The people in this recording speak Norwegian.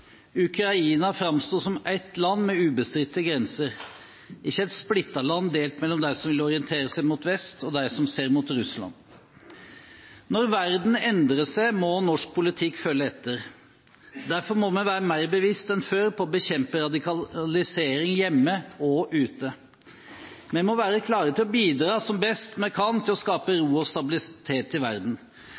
Ukraina framsto som ett land med ubestridte grenser, ikke et splittet land, delt mellom dem som vil orientere seg mot vest, og dem som ser mot Russland. Når verden endrer seg, må norsk politikk følge etter. Derfor må vi være mer bevisste enn før på å bekjempe radikalisering hjemme og ute. Vi må være klare til å bidra som best vi kan til å skape ro og stabilitet i verden.